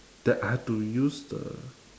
that I had to use the